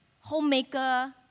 homemaker